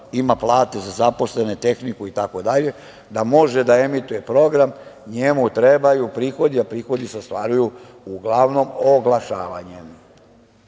ima plate za zaposlene, tehniku itd, da može da emituje program njemu trebaju prihodi, a prihodi se ostvaruju uglavnom oglašavanjem. Ali